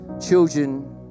children